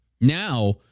now